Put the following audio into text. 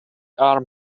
arm